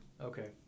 Okay